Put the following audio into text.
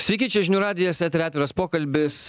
sveiki čia žinių radijas etery atviras pokalbis